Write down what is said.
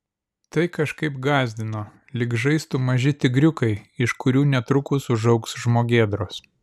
tai kažkaip gąsdino lyg žaistų maži tigriukai iš kurių netrukus užaugs žmogėdros